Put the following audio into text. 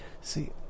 see